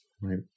right